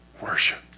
Worship